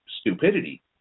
stupidity